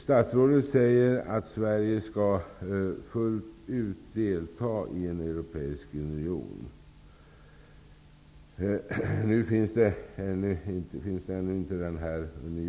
Statsrådet säger att Sverige fullt ut skall delta i en europeisk union. Den unionen finns inte ännu.